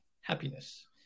happiness